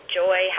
joy